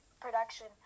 production